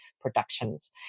productions